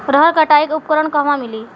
रहर कटाई उपकरण कहवा मिली?